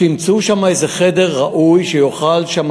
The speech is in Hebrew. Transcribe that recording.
שימצאו שמה איזה חדר ראוי, שהוא יוכל להיות שם,